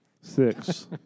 six